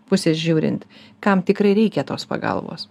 pusės žiūrint kam tikrai reikia tos pagalbos